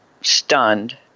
stunned